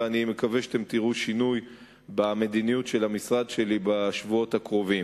ואני מקווה שאתם תראו שינוי במדיניות של המשרד שלי בשבועות הקרובים.